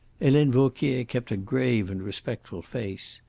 helene vauquier kept a grave and respectful face.